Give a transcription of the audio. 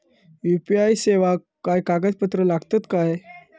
UPI सेवाक काय कागदपत्र लागतत काय?